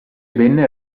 ben